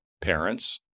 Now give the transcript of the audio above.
parents